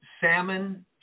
salmon